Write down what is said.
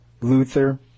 Luther